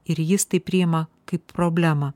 ir jis tai priima kaip problemą